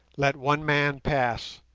let one man pass.